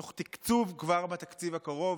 תוך תקצוב כבר בתקציב הקרוב.